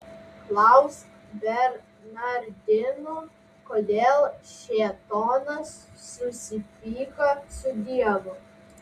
klausk bernardinų kodėl šėtonas susipyko su dievu